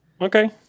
Okay